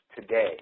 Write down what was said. today